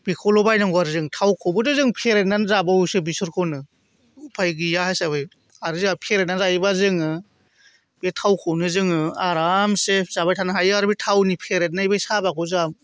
बेखौल' बायनांगौ आरो जों थावखौबो जों फेरेदनानै जाबावोसो बेसरखौनो उफाय गैया हिसाबै आरो जोंहा फेरेदना जायोबा जोङो बे थावखौनो जोङो आरामसे जाबाय थानो हायो आरो बे थावनि फेरेदनाय साबाखौ जोंहा